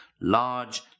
large